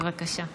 בבקשה.